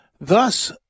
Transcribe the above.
Thus